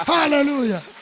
Hallelujah